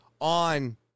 on